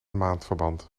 maandverband